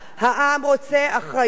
העם רוצה אחריות.